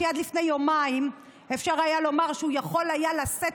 כי עד לפני יומיים אפשר היה לומר שהוא יכול היה לשאת,